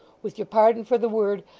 with your pardon for the word,